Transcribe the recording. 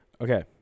Okay